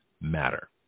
matter